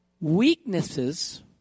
weaknesses